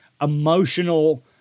emotional